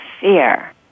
fear